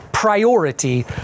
Priority